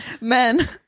Men